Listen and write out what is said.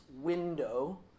window